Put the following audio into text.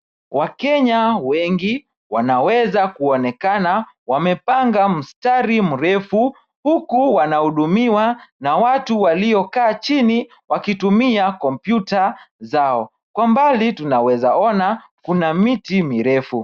Wakenya wengi wanaweza kuonekana wamepanga mstari mrefu . Huku wanahudumiwa na watu waliokaa chini wakitumia kompyuta zao . Kwa mbali tunaweza ona kuna miti mirefu.